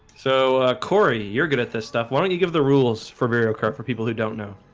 so cory you're good at this stuff why don't you give the rules for burial card for people who don't know